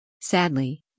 Sadly